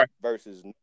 versus